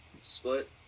split